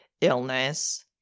illness